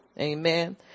Amen